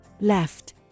Left